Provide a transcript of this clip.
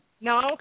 No